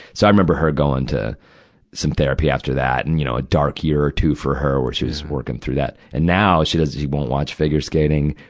so i remember her going to some therapy after that. and, you know, a dark year or two for her, where she was working through that. and now, she does, she won't watch figure skating.